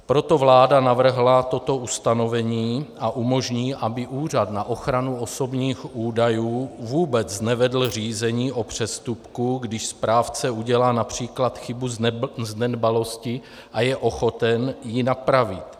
Proto vláda navrhla toto ustanovení a umožní, aby Úřad na ochranu osobních údajů vůbec nevedl řízení o přestupku, když správce udělá např. chybu z nedbalosti a je ochoten ji napravit.